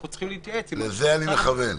אנחנו צריכים להתייעץ --- לזה אני מכוון.